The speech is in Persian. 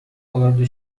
آورده